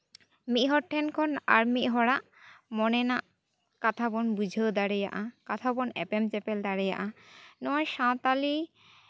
ᱢᱤᱫ ᱦᱚᱲ ᱴᱷᱮᱱ ᱠᱷᱚᱱ ᱟᱨ ᱢᱤᱫ ᱦᱚᱲᱟᱜ ᱢᱚᱱᱮ ᱨᱮᱱᱟᱜ ᱠᱟᱛᱷᱟ ᱵᱚᱱ ᱵᱩᱡᱷᱟᱹᱣ ᱫᱟᱲᱮᱭᱟᱜᱼᱟ ᱠᱟᱛᱷᱟ ᱵᱚᱱ ᱮᱯᱮᱢ ᱪᱟᱯᱟᱞ ᱫᱟᱲᱮᱭᱟᱜᱼᱟ ᱱᱚᱜᱼᱚᱭ ᱥᱟᱱᱛᱟᱲᱤ